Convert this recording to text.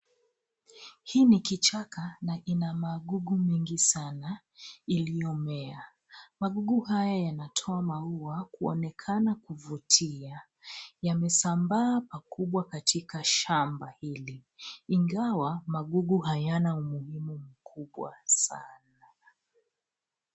Hii ni kichaka na ina magugu mengi sana iliyomea ,magugu haya yanatoa maua kuonekana kuvutia yamesambaa pakubwa katika shamba hili ingawa magugu hayana umuhimu mkubwa sana.